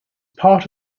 part